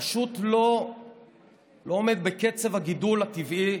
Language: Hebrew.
פשוט לא עומד בקצב הגידול הטבעי,